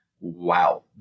wow